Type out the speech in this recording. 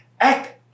act